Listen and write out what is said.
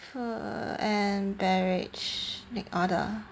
food and beverage make order